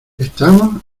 estamos